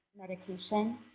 medication